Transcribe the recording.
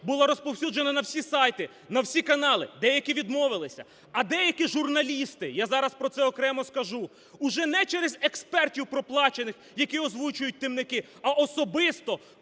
була розповсюджена на всі сайти, на всі канали. Деякі відмовилися, а деякі журналісти, я зараз про це окремо скажу, уже не через експертів проплачених, які озвучують темники, а особисто